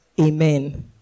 Amen